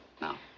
Now